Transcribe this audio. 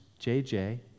JJ